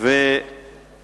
וגם